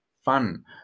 fun